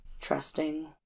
trusting